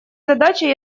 задача